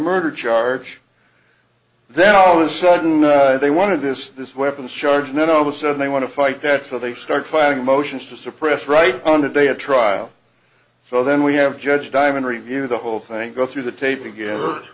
murder charge then all of sudden they wanted this this weapons charge and then all the sudden they want to fight that so they start filing motions to suppress right on the day of trial so then we have judge dimond review the whole thing go through the tape to get h